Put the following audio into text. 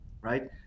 right